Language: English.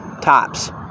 tops